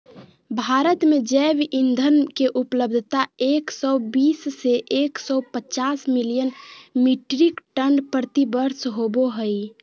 भारत में जैव ईंधन के उपलब्धता एक सौ बीस से एक सौ पचास मिलियन मिट्रिक टन प्रति वर्ष होबो हई